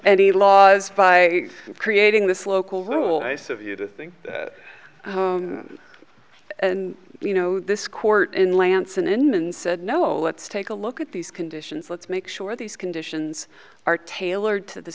any laws by creating this local rule base of you to think and you know this court in lanson inman's said no let's take a look at these conditions let's make sure these conditions are tailored to the